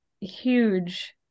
huge